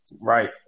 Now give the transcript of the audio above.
Right